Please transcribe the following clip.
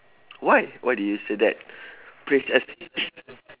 why why did you say that please ex~